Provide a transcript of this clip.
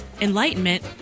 enlightenment